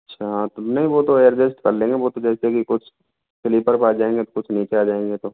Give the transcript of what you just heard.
अच्छा नहीं वो तो अजस्ट कर लेंगे वो तो जैसे कि कुछ स्लीपर के पास जायेगे तो कुछ नीचे आ जाएंगे